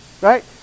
Right